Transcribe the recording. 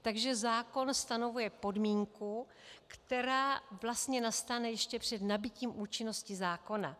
Takže zákon stanovuje podmínku, která vlastně nastane ještě před nabytím účinnosti zákona.